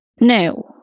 no